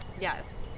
Yes